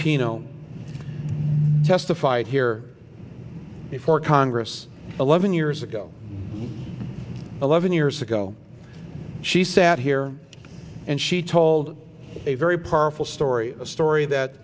peeno testified here before congress eleven years ago eleven years ago she sat here and she told a very powerful story a story that